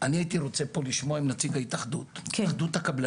אני הייתי רוצה פה לשמוע מנציג התאחדות הקבלנים,